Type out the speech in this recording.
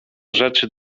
rzeczy